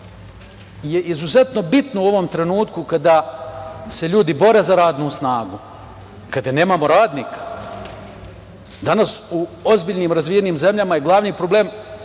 je izuzetno bitno u ovom trenutku kada se ljudi bore za radnu snagu. Kada nemamo radnika, danas u ozbiljnim razvijenim zemljama je glavni problem